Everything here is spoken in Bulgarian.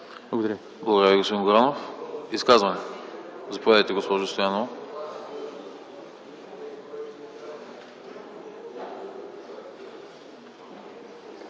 Благодаря Ви, господин Горанов. Изказвания? Заповядайте, госпожо Стоянова.